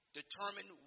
determine